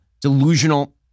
delusional